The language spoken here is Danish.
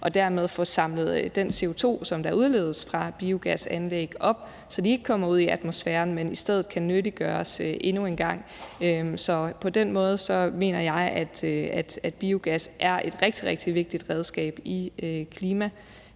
og dermed få samlet den CO2, som der udledes fra biogasanlæg, op, så det ikke kommer ud i atmosfæren, men i stedet kan nyttiggøres endnu en gang. Så på den måde mener jeg, at biogas er et rigtig, rigtig vigtigt redskab i klimakampen.